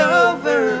over